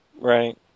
Right